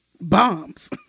Bombs